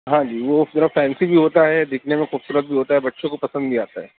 ہاں جی وہ پورا فینسی بھی ہوتا ہے دکھنے میں خوبصورت بھی ہوتا ہے بچوں کو پسند بھی آتا ہے